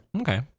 Okay